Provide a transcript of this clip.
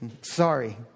Sorry